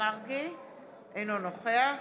אינו נוכח